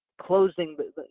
closing